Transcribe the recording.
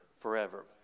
forever